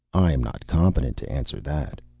i am not competent to answer that.